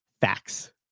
Facts